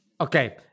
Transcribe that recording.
Okay